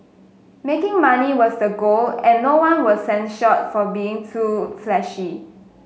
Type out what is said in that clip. making money was the goal and no one was censured for being too flashy